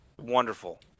wonderful